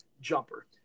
jumper